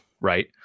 right